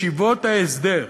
ישיבות ההסדר,